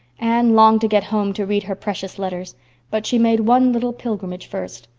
anne longed to get home to read her precious letters but she made one little pilgrimage first.